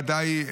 ודאי,